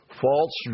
false